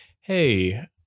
hey